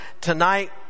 tonight